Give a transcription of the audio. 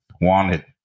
Wanted